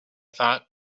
thought